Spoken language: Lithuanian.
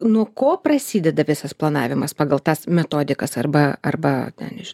nuo ko prasideda visas planavimas pagal tas metodikas arba arba ten iš